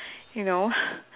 you know